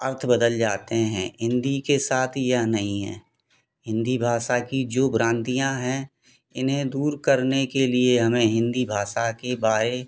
अर्थ बदल जाते हैं हिंदी के साथ यह नहीं है हिंदी भाषा की जो भ्रांतियाँ हैं इन्हें दूर करने के लिए हमें हिंदी भाषा के बाए